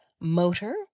motor